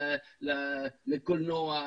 לקולנוע,